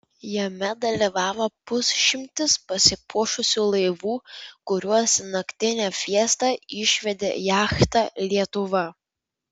jame dalyvavo pusšimtis pasipuošusių laivų kuriuos į naktinę fiestą išvedė jachta lietuva